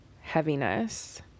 heaviness